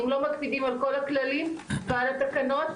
אם לא מקפידים על כל הכללים ועל התקנות,